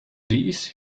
these